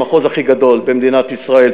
המחוז הכי גדול במדינת ישראל,